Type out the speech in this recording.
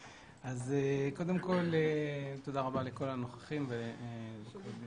קודם כול תודה רבה לכל הנוכחים ולחברת